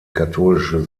katholische